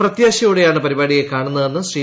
പ്രത്യാശയോടെയാണ് പരിപാടിയെ കാണുന്നതെന്ന് ശ്രീ